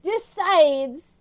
decides